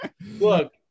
Look